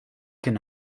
can